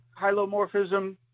hylomorphism